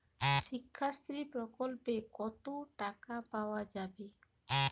শিক্ষাশ্রী প্রকল্পে কতো টাকা পাওয়া যাবে?